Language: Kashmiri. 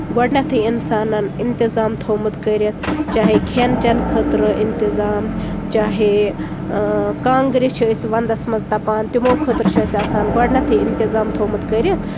گۄڈٕنیٚتھٕے اِنسانَن اِنتِظام تھومُت کٔرِتھ چاہے کھٮ۪ن چٮ۪ن خٲطرٕ اِنتِظام چاہے کانگرِ چھِ أسۍ وَندَس منٛز تَپان تِمو خٲطر چھُ اَسہِ آسان گۄڈٕنیٚتھٕے اِنتِظام تھوٚمُت کٔرِتھ